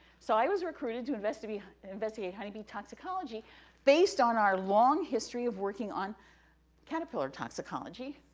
so, i was recruited to investigate investigate honeybee toxicology based on our long history of working on caterpillar toxicology.